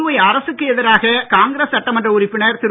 புதுவை அரசுக்கு எதிராக காங்கிரஸ் சட்டமன்ற உறுப்பினர் திரு